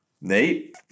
Nate